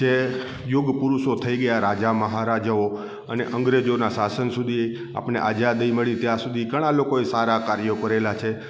જે યુગપુરુષો થઈ ગયા રાજા મહારાજાઓ અને અંગ્રેજોનાં શાસન સુધી આપણે આઝાદી મળી ત્યાં સુધી ઘણા લોકોએ સારા કાર્યો કરેલા છે